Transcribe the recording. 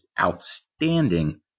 outstanding